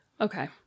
Okay